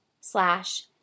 Slash